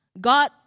God